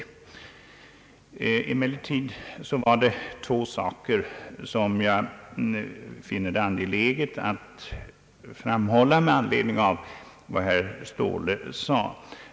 Emellertid var det två saker som jag finner angelägna att framhålla med anledning av vad herr Ståhle anförde.